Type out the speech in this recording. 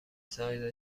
سایز